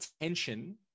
attention